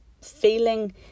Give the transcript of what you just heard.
feeling